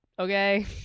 Okay